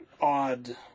odd